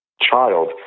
child